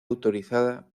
autorizada